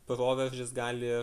proveržis gali